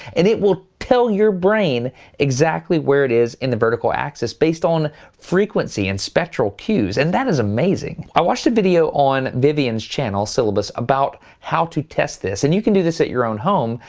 and it will tell your brain exactly where it is in the vertical axis based on frequency and spectral cues and that is amazing. i watched a video on vivian's channel, scilabus, about how to test this and you can do this at your own home,